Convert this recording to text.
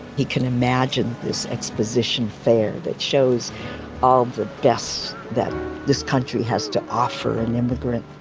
he can imagine this exposition fair that shows all the best that this country has to offer an immigrant.